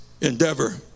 endeavor